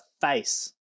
face